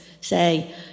say